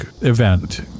event